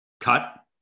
cut